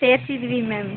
ಸೇರ್ಸಿದ್ದೀವಿ ma'am